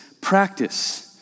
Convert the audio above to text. practice